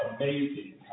amazing